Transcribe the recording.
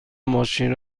ماشین